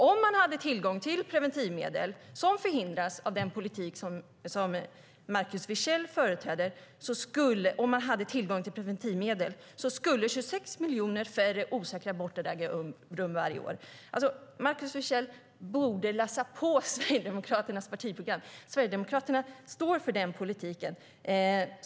Om man hade tillgång till preventivmedel, som förhindras av den politik som Markus Wiechel företräder, skulle 26 miljoner färre osäkra aborter äga rum varje år. Markus Wiechel borde läsa på Sverigedemokraternas partiprogram. Sverigedemokraterna står för den politiken.